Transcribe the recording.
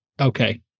Okay